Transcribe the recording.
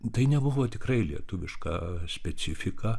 tai nebuvo tikrai lietuviška specifika